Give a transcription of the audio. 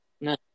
No